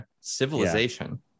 civilization